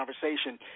conversation